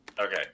Okay